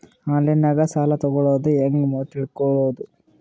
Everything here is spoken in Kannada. ಆನ್ಲೈನಾಗ ಸಾಲ ತಗೊಳ್ಳೋದು ಹ್ಯಾಂಗ್ ತಿಳಕೊಳ್ಳುವುದು?